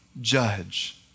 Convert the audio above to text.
judge